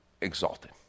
exalted